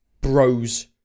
Bros